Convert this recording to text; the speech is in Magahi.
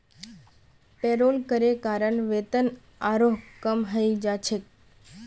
पेरोल करे कारण वेतन आरोह कम हइ जा छेक